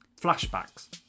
flashbacks